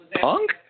Punk